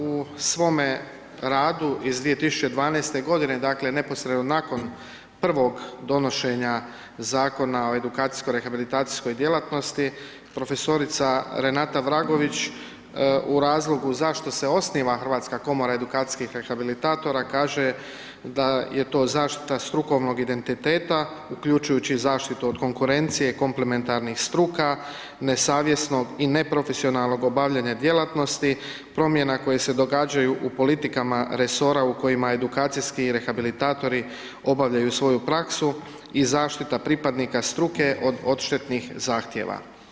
U svome radu iz 2012. godine, dakle neposredno nakon prvog donošenja Zakona o edukacijsko rehabilitacijskoj djelatnosti profesorica Renata Vragović u razlogu zašto se osniva Hrvatska komora edukacijskih rehabilitatora kaže da je to zaštita strukovnog identiteta uključujući i zaštitu od konkurencije komplimentarnih struka, nesavjesnog i neprofesionalnog obavljanja djelatnosti, promjenama koje se događaju u politikama resora u kojima edukacijski rehabilitatori obavljaju svoju praksu i zaštita pripadnika struke od odštetnih zahtjeva.